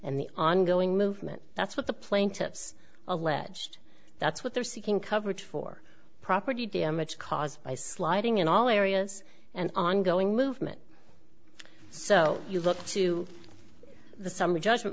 and the ongoing movement that's what the plaintiffs alleged that's what they're seeking coverage for property damage caused by sliding in all areas and ongoing movement so you look to the summary judgment